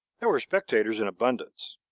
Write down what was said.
there were spectators in abundance.